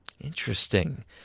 Interesting